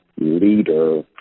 Leader